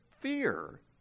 fear